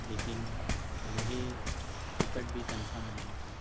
لیکن میری ٹکٹ بھی کنفرم نہیں تھی